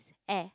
air